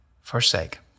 forsake